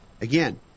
Again